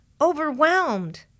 overwhelmed